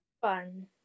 fun